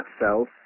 cells